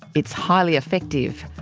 it's highly effective.